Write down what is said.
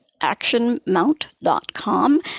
actionmount.com